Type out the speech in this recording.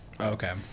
okay